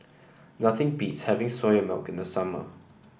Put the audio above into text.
nothing beats having Soya Milk in the summer